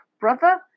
brother